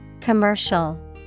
Commercial